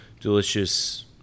Delicious